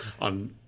On